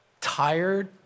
tired